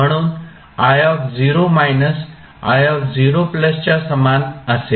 म्हणून च्या समान असेल